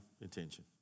intention